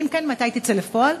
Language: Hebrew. אם כן, מתי תצא לפועל?